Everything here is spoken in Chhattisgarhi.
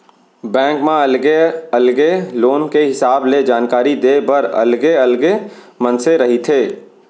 बेंक म अलगे अलगे लोन के हिसाब ले जानकारी देय बर अलगे अलगे मनसे रहिथे